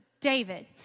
David